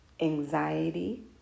anxiety